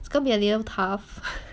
it's going to be a little tough